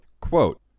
Quote